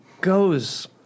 goes